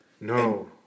no